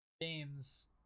games